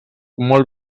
molt